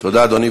תודה, אדוני.